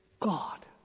God